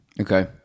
okay